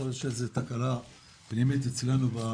יכול להיות שזו תקלה פנימית אצלנו.